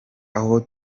aho